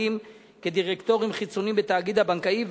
כדירקטורים חיצוניים בתאגיד הבנקאי,